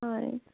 হয়